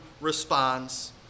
responds